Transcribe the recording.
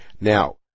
Now